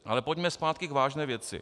Ale pojďme zpátky k vážné věci.